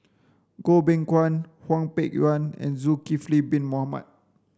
Goh Beng Kwan Hwang Peng Yuan and Zulkifli bin Mohamed